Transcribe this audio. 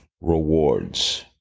rewards